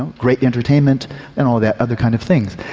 um great entertainment and all the other kind of things.